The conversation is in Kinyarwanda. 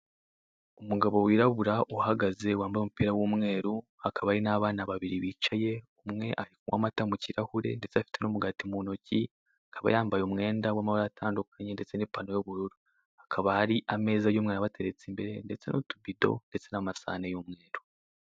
Umugabo wirabura uhagaze wambaye umupira w'umweru hakaba hari n'abana babiri bicaye umwe ari kunywa amata mu kirahure, ndetse afite n'umugati mu ntoki, akaba yambaye umwenda w'amabara atandukanye, ndetse n'ipantaro y'ubururu, hakaba hari ameza y'umweri abateretse imbere, ndetse n'utubido, ndetse n'amasahe y'umweru.